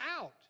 out